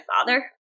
father